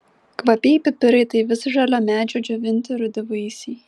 kvapieji pipirai tai visžalio medžio džiovinti rudi vaisiai